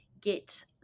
get